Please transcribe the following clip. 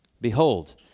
Behold